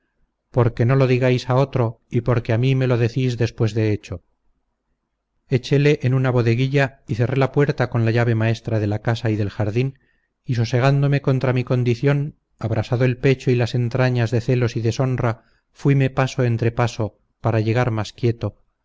porque no lo digáis a otro y porque a mí me lo decís después de hecho echéle en una bodeguilla y cerré la puerta con la llave maestra de la casa y del jardín y sosegándome contra mi condición abrasado el pecho y las entrañas de celos y deshonra fuime paso entre paso para llegar más quieto